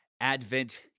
advent